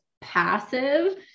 passive